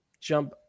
jump